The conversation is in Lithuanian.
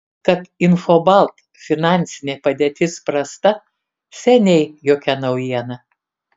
kad infobalt finansinė padėtis prasta seniai jokia naujiena